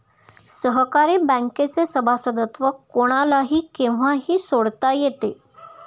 सहकारी बँकेचे सभासदत्व कोणालाही केव्हाही सोडता येते